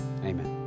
Amen